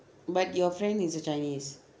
but your friend is a chinese